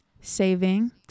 saving